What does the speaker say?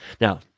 Now